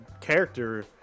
character